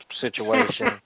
situation